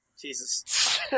Jesus